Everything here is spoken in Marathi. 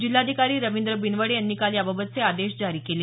जिल्हाधिकारी रवींद्र बिनवडे यांनी काल याबाबतचे आदेश जारी केले